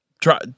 Try